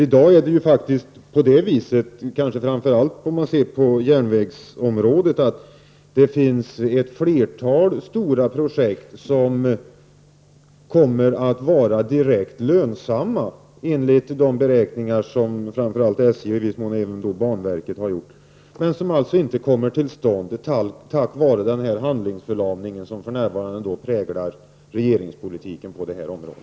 I dag finns det, kanske framför allt på järnvägsområdet, ett flertal stora projekt som kommer att vara direkt lönsamma enligt de beräkningar som framför allt SJ och i viss mån banverket har gjort men som inte kommer till stånd på grund av den handlingsförlamning som för närvarande präglar regeringspolitiken på detta område.